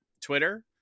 twitter